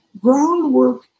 groundwork